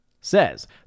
says